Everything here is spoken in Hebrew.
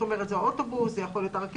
כלומר זה אוטובוס או רכבת.